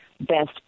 Best